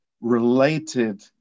related